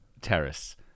terrace